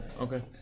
okay